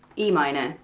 e minor,